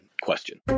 question